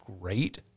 great